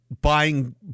buying